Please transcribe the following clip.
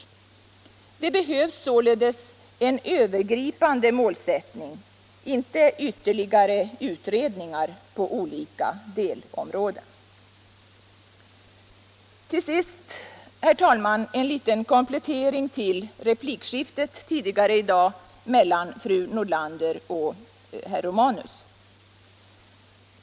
Det behövs således en övergripande målsättning, inte ytterligare utredningar på olika delområden. Till sist, herr talman, en liten komplettering till replikskiftet tidigare mellan fru Nordlander och herr Romanus.